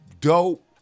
dope